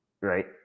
right